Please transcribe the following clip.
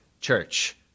church